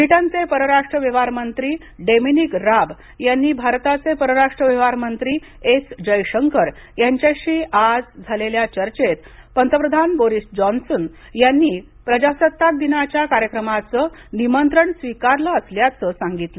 ब्रिटनचे परराष्ट्र व्यवहार मंत्री डेमिनिक राब यांनी भारताचे परराष्ट्र व्यवहार मंत्री एस जय शंकर यांच्याशी आज झालेल्या चर्चेत पंतप्रधान बोरिस जॉन्सन यांनी प्रजासत्ताकदिनाच्या कार्यक्रमाचं निमंत्रण स्वीकारलं असल्याचं सांगितलं